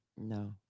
no